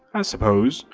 i suppose.